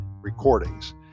recordings